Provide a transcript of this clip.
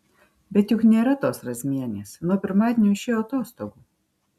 bet juk nėra tos razmienės nuo pirmadienio išėjo atostogų